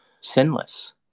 sinless